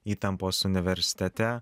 įtampos universitete